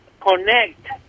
connect